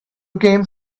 came